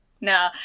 No